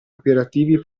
operativi